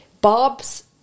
Bob's